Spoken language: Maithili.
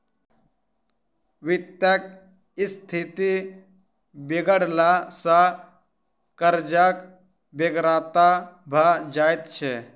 वित्तक स्थिति बिगड़ला सॅ कर्जक बेगरता भ जाइत छै